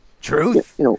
Truth